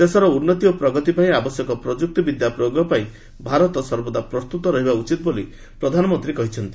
ଦେଶର ଉନ୍ନତି ଓ ପ୍ରଗତି ପାଇଁ ଆବଶ୍ୟକ ପ୍ରଯୁକ୍ତି ବିଦ୍ୟା ପ୍ରୟୋଗ ପାଇଁ ଭାରତ ସର୍ବଦା ପ୍ରସ୍ତୁତ ରହିବା ଉଚିତ୍ ବୋଲି ପ୍ରଧାନମନ୍ତ୍ରୀ କହିଛନ୍ତି